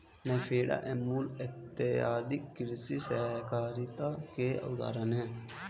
नेफेड, अमूल इत्यादि कृषि सहकारिता के उदाहरण हैं